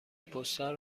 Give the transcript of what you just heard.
پستال